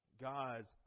God's